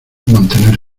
mantener